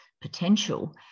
potential